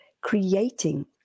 creating